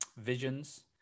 visions